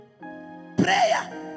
prayer